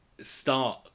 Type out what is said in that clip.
start